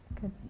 Good